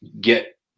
get